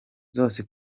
zose